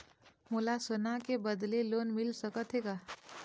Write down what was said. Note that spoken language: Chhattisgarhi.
मोला सोना के बदले लोन मिल सकथे का?